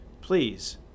Please